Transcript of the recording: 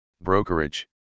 brokerage